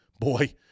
boy